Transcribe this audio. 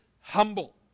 humble